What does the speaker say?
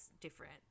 different